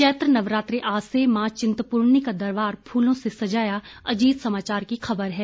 चैत्र नवरात्रे आज से मां चिंतपूर्णी का दरबार फूलों से सजाया अजीत समाचार की खबर है